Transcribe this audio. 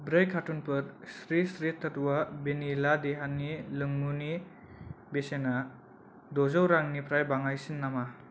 ब्रै कारट'नफोर स्रि स्रि तात्वा भेनिला देहानि लोंमुनि बेसेना द'जौ रांनिफ्राय बाङायसिन नामा